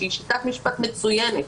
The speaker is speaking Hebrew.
שהיא שיטת משפט מצוינת,